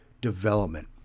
development